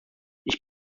ich